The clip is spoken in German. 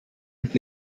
und